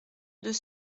deux